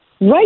right